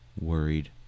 worried